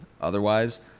otherwise